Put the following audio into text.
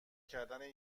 کردن